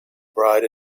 bride